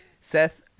Seth